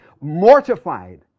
mortified